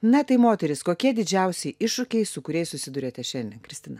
na tai moterys kokie didžiausi iššūkiai su kuriais susiduriate šiandien kristina